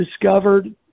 discovered